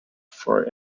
for